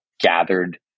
gathered